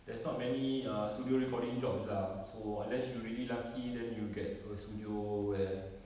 there's not many uh studio recording jobs lah so unless you're really lucky then you get a studio where